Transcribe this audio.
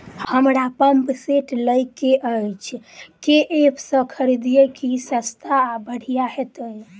हमरा pump set लय केँ अछि केँ ऐप सँ खरिदियै की सस्ता आ बढ़िया हेतइ?